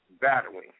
battling